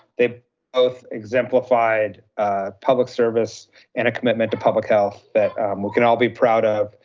they both exemplified public service and a commitment to public health that we can all be proud of.